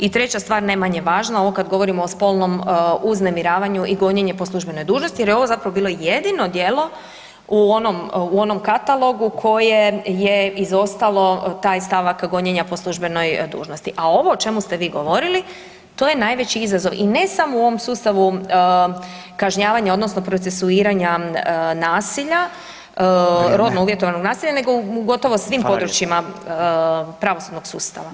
I treća stvar, ne manje važna, ovo kad govorimo o spolnom uznemiravanju, i gonjenje po službenoj dužnosti jer je ovo zapravo bilo jedino djelo u onom katalogu koje je izostalo taj stavak gonjenja po službenoj dužnosti, a ovo o čemu ste vi govorili, to je najveći izazov i ne samo u ovom sustavu kažnjavanja odnosno procesuiranja nasilja, [[Upadica: Vrijeme.]] rodno uvjetovanog nasilja nego u gotovo svim područjima [[Upadica: Hvala lijepa.]] pravosudnog sustava.